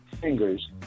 fingers